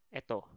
eto